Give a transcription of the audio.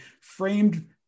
framed